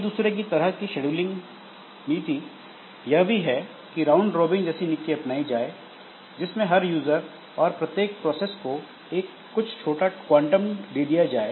एक दूसरे तरह की शेड्यूलिंग नीति यह भी है की राउंड रोबिन जैसी नीति अपनाई जाए जिसमें हर यूजर और प्रत्येक प्रोसेस को कुछ छोटा टाइम क्वांटम दे दिया जाए